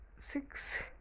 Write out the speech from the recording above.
six